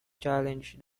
challenged